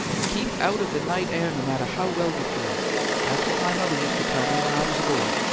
keep out of the night air, no matter how well you feel that's what my mother used to tell me when i was a boy.